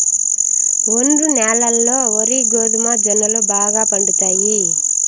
ఒండ్రు న్యాలల్లో వరి, గోధుమ, జొన్నలు బాగా పండుతాయి